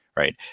right?